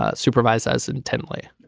ah supervise as intently.